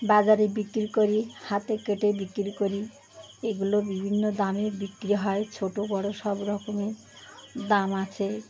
বাজারে বিক্রি করি হাতে কেটে বিক্রি করি এগুলো বিভিন্ন দামে বিক্রি হয় ছোটো বড়ো সব রকমের দাম আছে